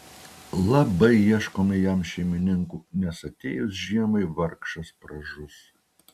labai ieškome jam šeimininkų nes atėjus žiemai vargšas pražus